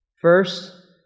First